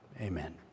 amen